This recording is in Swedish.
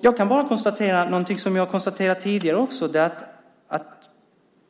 Jag kan konstatera något som jag även konstaterat tidigare, nämligen att